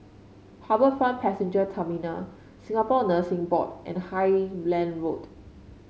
HarbourFront Passenger Terminal Singapore Nursing Board and Highland Road